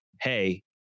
hey